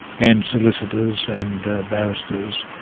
and solicitors and barristers.